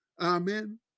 Amen